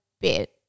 bit